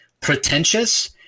pretentious